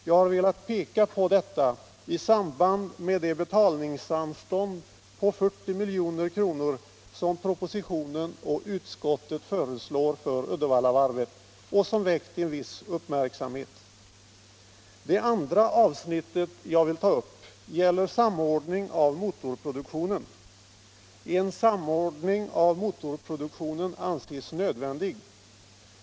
Jag har velat peka på detta i samband med det betalningsanstånd på 40 milj.kr. som propositionen och utskottet föreslår för Uddevallavarvet och som väckt en viss uppmärksamhet. Det andra avsnitt jag vill ta upp gäller samordning av motorproduktionen. En samordning av motorproduktionen anses nödvändig.